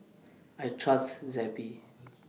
I Trust Zappy